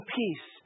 peace